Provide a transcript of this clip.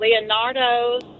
Leonardo's